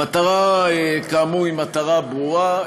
המטרה כאמור היא ברורה,